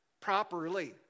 properly